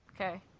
Okay